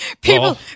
people